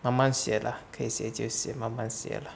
慢慢学 lah 可以学就学慢慢学 lah